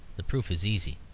the proof is easy.